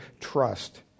trust